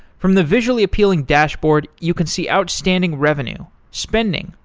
from the visually appealing dashboard, you can see outstanding revenue, spending,